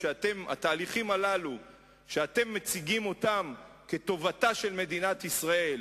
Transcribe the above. התהליכים האלה שאתם מציגים כטובתה של מדינת ישראל,